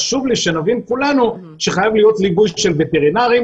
חשוב לי שנבין כולנו שחייב להיות ליווי של וטרינרים,